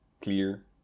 clear